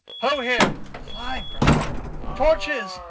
ho, here! fly, brother torches,